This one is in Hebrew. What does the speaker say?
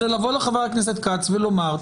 זה לבוא לחה"כ כץ ולומר,